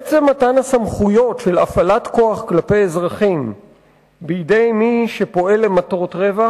עצם מתן הסמכויות של הפעלת כוח כלפי אזרחים בידי מי שפועל למטרות רווח,